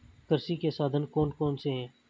कृषि के साधन कौन कौन से हैं?